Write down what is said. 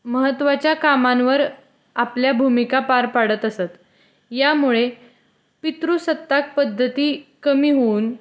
महत्त्वाच्या कामांवर आपल्या भूमिका पार पाडत असत यामुळे पितृसत्ताक पद्धती कमी होऊन